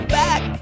back